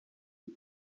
qui